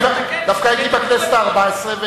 דווקא הייתי בכנסת הארבע-עשרה,